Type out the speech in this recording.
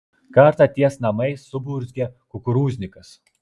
kartą ties namais suburzgė kukurūznikas